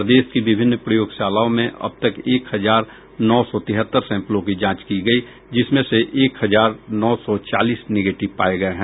प्रदेश की विमिन्न प्रयोगशालाओं में अब तक एक हजार नौ सौ तिहत्तर सैंपलों की जांच की गयी जिसमें एक हजार नौ सौ चालीस निगेटिव पाये गये हैं